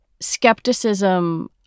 skepticism